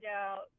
out